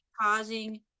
causing